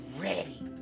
ready